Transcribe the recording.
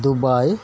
Dubai